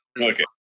Okay